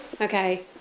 Okay